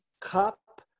cup